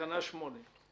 הצבעה בעד,